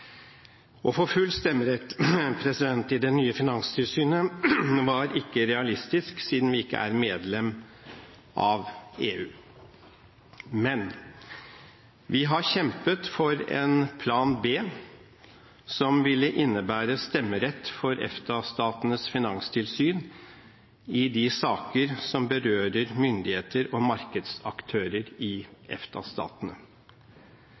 Å få full stemmerett i det nye finanstilsynet var ikke realistisk siden vi ikke er medlem av EU. Men: Vi har kjempet for en plan B som ville innebære stemmerett for EFTA-statenes finanstilsyn i de saker som berører myndigheter og markedsaktører